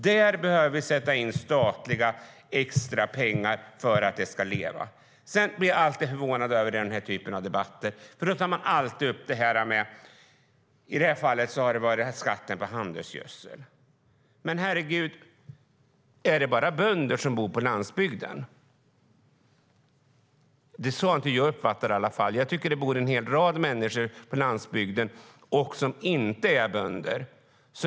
Där behöver vi sätta in statliga extrapengar för att det ska leva. Jag blir alltid förvånad över den här typen av debatter. I det här fallet tog man upp skatten på handelsgödsel. Herregud, är det bara bönder som bor på landsbygden? Så har jag inte uppfattat det. Det bor en hel rad olika människor på landsbygden som inte är bönder.